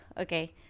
Okay